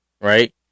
right